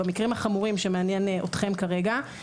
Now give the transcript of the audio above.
במקרים החמורים שמעניינים אתכם כרגע,